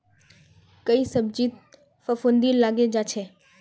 कई सब्जित फफूंदी लगे जा छे